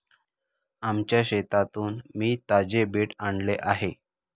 आमच्या शेतातून मी ताजे बीट आणले आहे